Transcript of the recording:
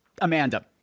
Amanda